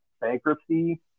bankruptcy